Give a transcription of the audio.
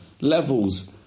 levels